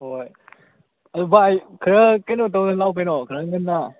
ꯍꯣꯏ ꯑꯗꯨ ꯚꯥꯏ ꯈꯔ ꯀꯩꯅꯣ ꯇꯧꯅ ꯂꯥꯛꯎ ꯀꯩꯅꯣ ꯈꯔ ꯉꯟꯅ